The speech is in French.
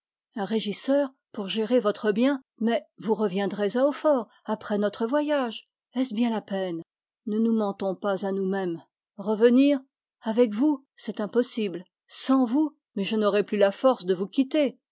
un régisseur mais vous reviendrez à hautfort après notre voyage ne nous mentons pas à nous-mêmes revenir avec vous c'est impossible sans vous je n'aurai pas la force de vous quitter